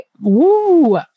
Woo